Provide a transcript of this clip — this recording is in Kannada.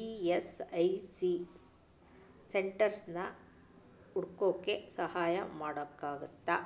ಇ ಎಸ್ ಐ ಸಿ ಸೆಂಟರ್ಸನ್ನ ಹುಡ್ಕೋಕ್ಕೆ ಸಹಾಯ ಮಾಡೋಕ್ಕಾಗತ್ತಾ